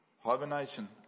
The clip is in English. Hibernation